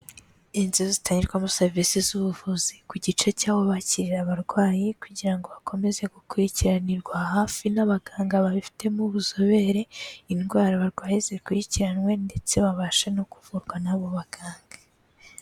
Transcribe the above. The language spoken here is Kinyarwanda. Inzu zitangirwamo serivise z'ubuvuzi ku gice cy'aho bakirira abarwayi kugira ngo bakomeze gukurikiranirwa hafi n'abaganga babifitemo ubuzobere, indwara barwaye zikurikiranwe ndetse babashe no kuvurwa n'abo baganga.